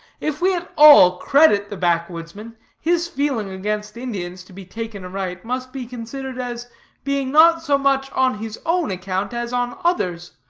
if we at all credit the backwoodsman, his feeling against indians, to be taken aright, must be considered as being not so much on his own account as on others',